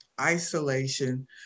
Isolation